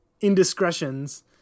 indiscretions